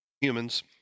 humans